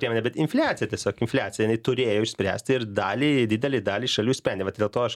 priemonė bet infliacija tiesiog infliacija jinai turėjo išspręsti ir dalį didelį dalį šalių sprendė vat dėl to aš